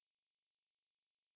the one interesting